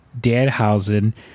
Danhausen